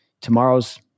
tomorrow's